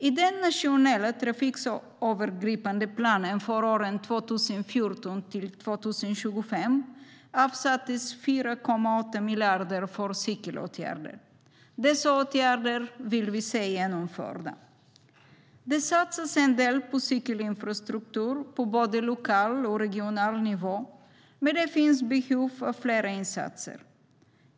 I den nationella trafikslagsövergripande planen för åren 2014-2025 avsattes 4,8 miljarder för cykelåtgärder. Dessa åtgärder vill vi se genomförda. Det satsas en del på cykelinfrastruktur på både lokal och regional nivå, men det finns behov av fler insatser.